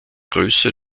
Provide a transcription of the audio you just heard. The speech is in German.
größe